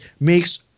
makes